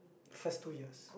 first two years